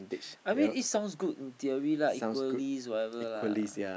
I mean it sounds good in theory lah equalist whatever lah